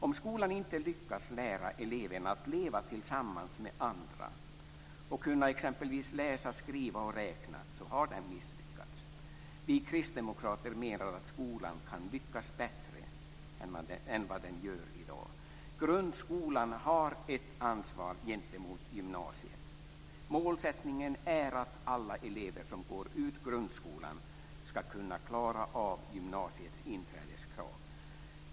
Om skolan inte lyckas lära eleverna att leva tillsammans med andra och att läsa, skriva och räkna, har den misslyckats. Vi kristdemokrater menar att skolan kan lyckas bättre än vad den gör i dag. Grundskolan har ett ansvar gentemot gymnasiet. Målsättningen är att alla elever som går ut grundskolan skall kunna klara av gymnasiets inträdeskrav.